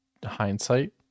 hindsight